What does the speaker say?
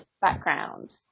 background